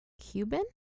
Cuban